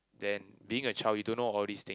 then being a child you don't know all these thing